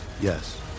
Yes